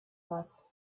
нас